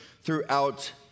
throughout